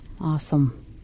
Awesome